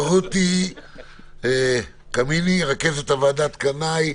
רותי קמיני, רכזת ועדת קנאי,